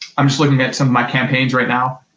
i'm just looking at some of my campaigns right now,